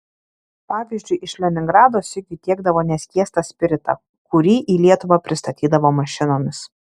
pavyzdžiui iš leningrado sigiui tiekdavo neskiestą spiritą kurį į lietuvą pristatydavo mašinomis